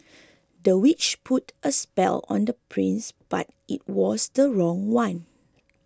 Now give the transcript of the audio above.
the witch put a spell on the prince but it was the wrong one